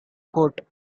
court